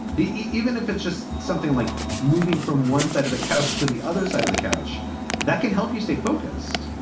even if it's just something like moving from one side of the couch to the other side of the couch that can help you stay focused.